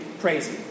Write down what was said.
crazy